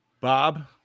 Bob